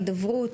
בהידברות,